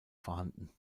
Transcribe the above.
vorhanden